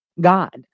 God